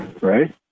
right